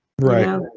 right